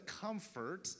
comfort